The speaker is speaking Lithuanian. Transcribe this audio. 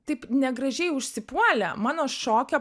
taip negražiai užsipuolė mano šokio